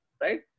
right